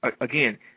again